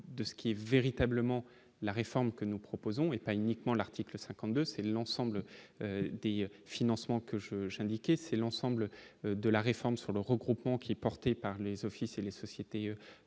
de ce qui est véritablement la réforme que nous proposons, et pas uniquement l'article 52 c'est l'ensemble des financements que je j'ai indiqué, c'est l'ensemble de la réforme sur le regroupement qui est porté par les offices et les sociétés